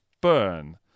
burn